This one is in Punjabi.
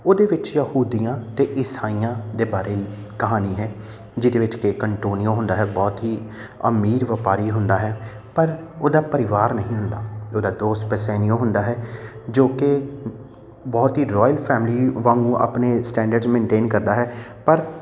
ਉਹਦੇ ਵਿੱਚ ਯਹੂਦੀਆਂ ਅਤੇ ਇਸਾਈਆਂ ਦੇ ਬਾਰੇ ਕਹਾਣੀ ਹੈ ਜਿਹਦੇ ਵਿੱਚ ਕਿ ਕੰਟੋਨੀਓ ਹੁੰਦਾ ਹੈ ਬਹੁਤ ਹੀ ਅਮੀਰ ਵਪਾਰੀ ਹੁੰਦਾ ਹੈ ਪਰ ਉਹਦਾ ਪਰਿਵਾਰ ਨਹੀਂ ਹੁੰਦਾ ਉਹਦਾ ਦੋਸਤ ਪੈਸੈਨੀਓ ਹੁੰਦਾ ਹੈ ਜੋ ਕਿ ਬਹੁਤ ਹੀ ਰੋਇਲ ਫੈਮਲੀ ਵਾਂਗੂ ਆਪਣੇ ਸਟੈਂਡਰਡਜ਼ ਮੈਟੇਨ ਕਰਦਾ ਹੈ ਪਰ